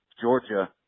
Georgia